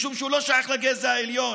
משום שהוא לא שייך לגזע העליון.